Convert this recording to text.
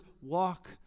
walk